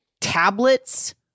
tablets